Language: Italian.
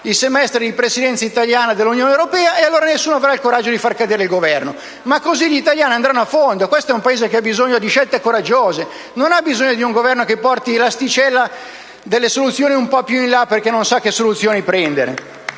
il semestre di Presidenza italiana dell'Unione europea e nessuno avrà il coraggio di far cadere il Governo. In questo modo però gli italiani andranno a fondo. Questo è un Paese che ha bisogno di scelte coraggiose, non ha bisogno di un Governo che porti l'asticella delle soluzioni un po' più in là perché non sa come intervenire.